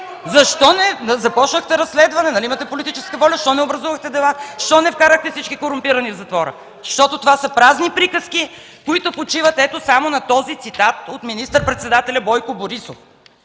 Защо не започнахте разследване, нали имате политическа воля? Защо не образувахте дела, защо не вкарахте всички корумпирани в затвора? Защото това са празни приказки, които почиват само на този цитат от министър-председателя Бойко Борисов: